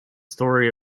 story